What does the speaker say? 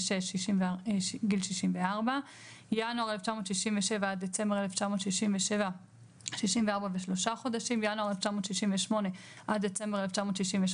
1966 64 ינואר 1967 עד דצמבר 1967 64 ו-3 חודשים ינואר 1968 עד דצמבר 1968